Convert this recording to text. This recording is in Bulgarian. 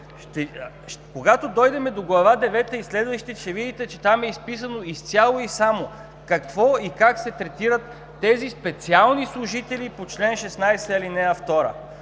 Когато дойдем до Глава девета и следващите, ще видите, че там е изписано изцяло и само какво и как се третират тези специални служители по чл. 16, ал. 2.